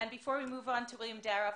בדיוק כפי שהתשוקה לציון הפכה לאלמנט חשוב